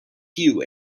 queue